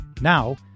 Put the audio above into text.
Now